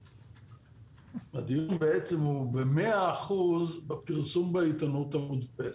הדיון הוא במאה אחוז בפרסום בעיתונות המודפסת,